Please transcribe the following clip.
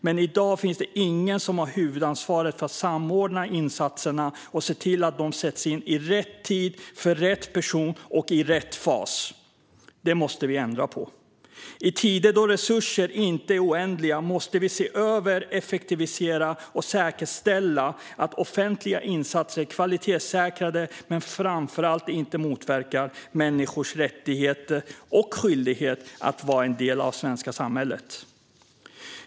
Men i dag finns det ingen som har huvudansvaret för att samordna insatserna och se till att de sätts in i rätt tid, för rätt person och i rätt fas. Det måste vi ändra på. I tider då resurser inte är oändliga måste vi se över, effektivisera och säkerställa att offentliga insatser är kvalitetssäkrade och framför allt inte motverkar människors rättighet och skyldighet att vara en del av det svenska samhället.